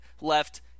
left